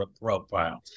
profile